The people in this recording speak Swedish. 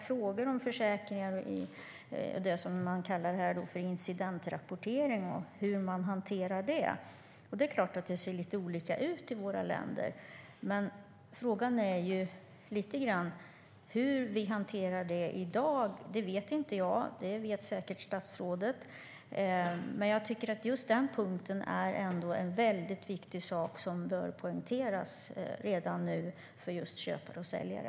Frågor om försäkringar, det som man kallar för incidentrapportering, och hur man hanterar dem ser lite olika ut i våra länder. Men frågan är hur vi hanterar dem i dag. Det vet inte jag, men det vet säkert statsrådet. Jag tycker att just den punkten är en viktig sak som bör poängteras redan nu för köpare och säljare.